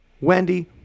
Wendy